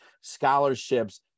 scholarships